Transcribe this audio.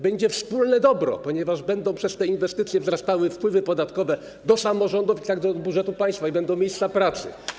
Będzie wspólne dobro, ponieważ będą przez te inwestycje wzrastały wpływy podatkowe do samorządów i do budżetu państwa i będą miejsca pracy.